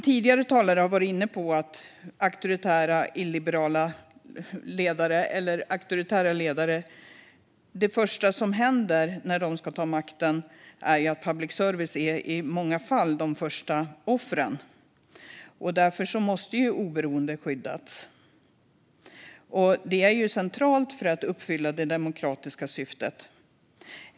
Tidigare talare har varit inne på att det första som händer när auktoritära ledare tar makten är att public service i många fall blir det första offret. Därför måste oberoendet skyddas. Oberoendet är centralt för att uppfylla det demokratiska syftet.